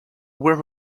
were